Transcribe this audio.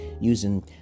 using